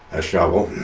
a shovel.